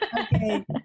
Okay